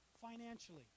financially